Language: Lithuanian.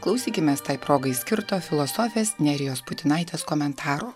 klausykimės tai progai skirto filosofės nerijos putinaitės komentaro